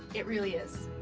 it really is.